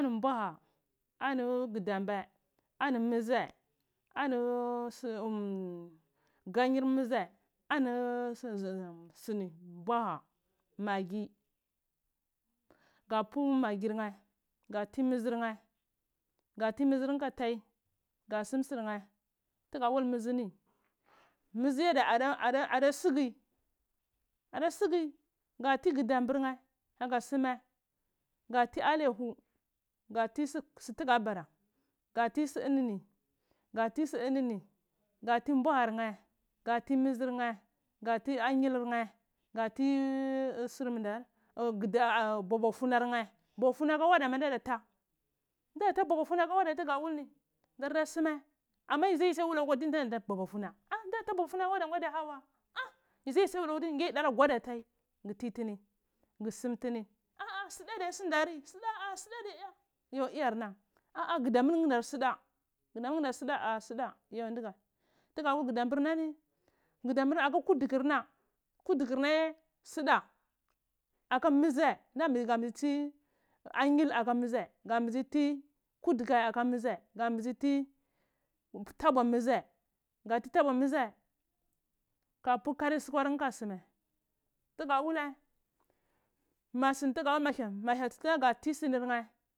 Ah ani gudambhe ani muzɗhe ani sur nganger muze ani sur mbwaha maggi ga pu maggir nheh ga nti ga sum surnheh tugu wul mihidzi ni mhidi ye ada sugiada sugi katr ngudamber nheh kaga suma sha nti alehu gha nti suga bara ga ntr su inini ga ntr sa inini ng anti anyl nheh ng anti surr mhu darr mbwafinir nheh mbafunu a ka audo ma ndada ta nda ta bofunu aka auɗa bugu wul ni gurɗa sumai ama yid ai yida daga wula yomga tuna ta bopunu wa oh nda ta bofunu aka audo ngwa ndiya hauwa ah yid ze yai saga wula wa ngeh ki taighi ntr tini guh sum tmr ah ah suda ndiye sundar, suda ah suda nviye iya yo iyarha ah ah ngundamir nhe ndah ndar dza suda ngundombar suda ah suda yo nɗigheh tuga ɗa wul ngudar m bur nar ni nguɗambho aka kuɗugama kuɗa gurna yesida aka mivzhe ga mbisi anyhil aka nhigdhe ngu mbizi tr kungi ah ka mhugzzzvhe nnga mbiji nti tabwa mhizdhe ga nti tabwa mizdhe ka pu karir suhwar mheh ka soma taga wula ma suntu hyel